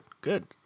good